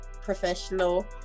professional